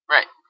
Right